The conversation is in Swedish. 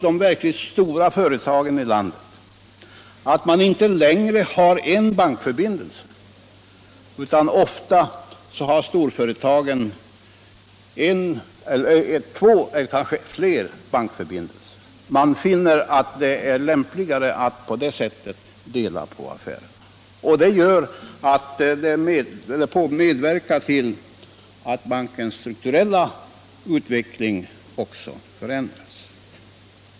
De verkligt stora företagen i landet har mer och mer gått över till att inte bara ha en utan två eller kanske flera bankförbindelser. Man finner det lämpligare att på det sättet dela på affärerna. Det medverkar till att bankens strukturella utveckling också förändras.